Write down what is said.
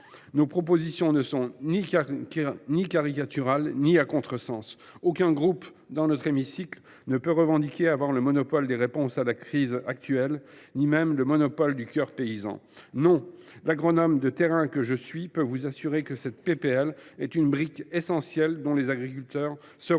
Nos propositions ne sont ni caricaturales ni à contresens. Aucun groupe dans notre hémicycle ne peut prétendre détenir le monopole des réponses à la crise actuelle, ni même celui du cœur paysan. Non ! L’agronome de terrain que je suis peut vous assurer que cette proposition de loi est une brique essentielle et que les agriculteurs seront